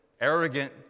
arrogant